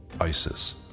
Isis